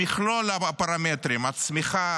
במכלול הפרמטרים: הצמיחה,